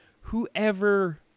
whoever